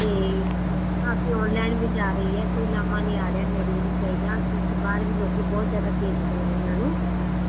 ਤੇ ਕਾਫੀ ਆਨਲਾਈਨ ਵੀ ਜਾ ਰਹੀ ਹ ਕੋਈ ਲਾਂਭਾ ਨਹੀਂ ਆ ਰਿਹਾ ਮੇਰੇ ਨਹੀਂ ਚਾਹੀਦਾ ਕਿਉਂਕਿ ਬਾਹਰ ਵੀ ਲੋਕੀ ਬਹੁਤ ਜਿਆਦਾ ਭੇਜਦੇ ਨੇ ਇਹਨਾਂ ਨੂੰ